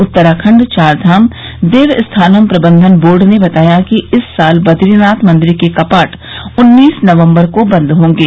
उत्तराखंड चार धाम देवास्थानम प्रबंधन बोर्ड ने बताया कि इस साल बदरीनाथ मंदिर के कपाट उन्नीस नवम्बर को बन्द होंगे